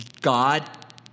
God